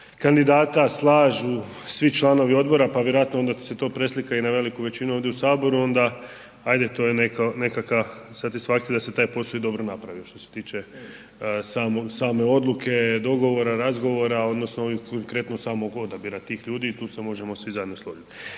kandidata slažu svi članovi odbora pa vjerojatno pa vjerojatno onda se to preslika i na veliku većinu ovdje u Saboru onda ajde to je nekakva satisfakcija da se taj posao i dobro napravi što se tiče same odluke, dogovora, razgovora odnosno ovim konkretno samog odabira tih ljudi i tu se možemo svi zajedno složiti.